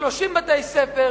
30 בתי-ספר,